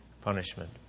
punishment